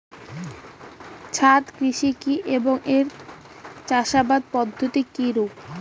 ছাদ কৃষি কী এবং এর চাষাবাদ পদ্ধতি কিরূপ?